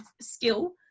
skill